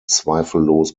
zweifellos